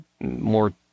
more